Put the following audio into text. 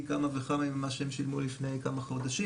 כמה וכמה ממה שהם שילמו לפני כמה חודשים.